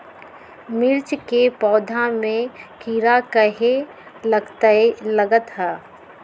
मिर्च के पौधा में किरा कहे लगतहै?